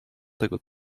tego